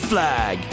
Flag